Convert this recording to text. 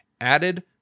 added